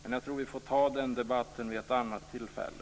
Men jag tror att vi får ta den debatten vid ett annat tillfälle.